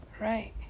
right